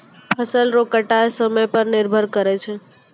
फसल रो कटाय समय पर निर्भर करै छै